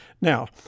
Now